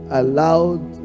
allowed